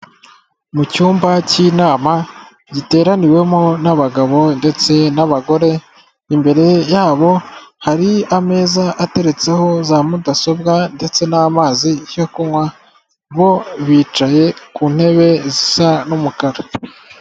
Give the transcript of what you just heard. Mu cyumba cy'inama giteraniwemo n'abagabo ndetse n'abagore, imbere yabo hari ameza ateretseho za mudasobwa ndetse n'amazi yo kunywa bo bicaye ku ntebe zisa n'umukara.